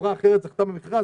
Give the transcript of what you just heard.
חברה אחרת זכתה במכרז,